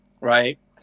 Right